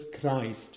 Christ